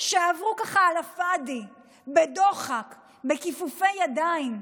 שעברו ככה, עלא פאדי, בדוחק, בכיפופי ידיים,